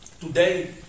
today